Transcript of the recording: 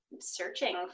searching